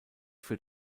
für